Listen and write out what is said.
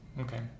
Okay